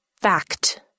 Fact